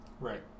Right